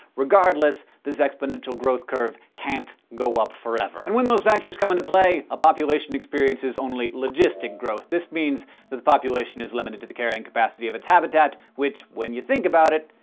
regardless, this exponential growth curve can't go up forever. and when those factors come into play, a population experiences only logistic growth. this means that the population is limited to the carrying capacity of its habitat, which, when you think about it,